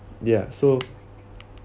ya so